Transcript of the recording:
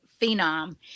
phenom